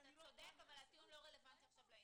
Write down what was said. אני לא --- אתה צודק אבל הטיעון לא רלוונטי לעניין.